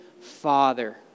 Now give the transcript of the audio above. father